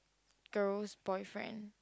girl's boyfriend